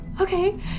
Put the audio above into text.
okay